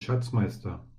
schatzmeister